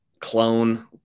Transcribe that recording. clone